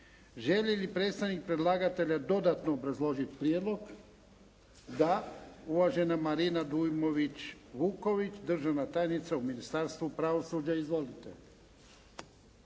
Želi li predstavnik predlagatelja dodatno obrazložiti prijedlog? Da. Uvažena Marina Dujmović-Vuković, državna tajnica u Ministarstvu pravosuđa. Izvolite.